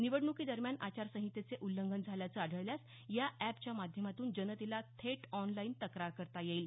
निवडणुकी दरम्यान आचार संहितेचे उल्लंघन झाल्याचं आढळल्यास या एपच्या माध्यमातून जनतेला थेट ऑनलाईन तक्रार करता येईल